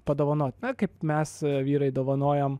padovanoti na kaip mes vyrai dovanojam